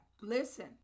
Listen